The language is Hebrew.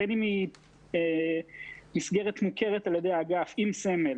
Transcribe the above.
בין אם היא מסגרת מוכרת על ידי האגף, עם סמל,